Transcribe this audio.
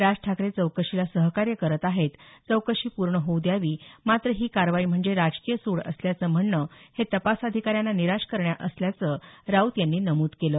राज ठाकरे चौकशीला सहकार्य करत आहेत चौकशी पूर्ण होऊ द्यावी मात्र ही कारवाई म्हणजे राजकीय सूड असल्याचं म्हणणं हे तपास अधिकाऱ्यांना निराश करणं असल्याचं राऊत यांनी नमूद केलं